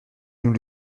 nous